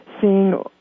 seeing